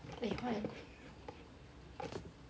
eh why